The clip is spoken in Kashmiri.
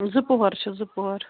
زٕ پۄہر چھِ زٕ پۄہر